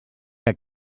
que